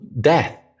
death